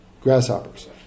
grasshoppers